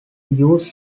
use